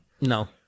No